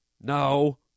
No